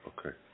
Okay